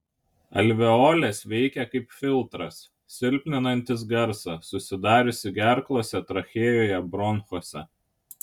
alveolės veikia kaip filtras silpninantis garsą susidariusį gerklose trachėjoje bronchuose